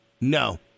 No